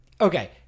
okay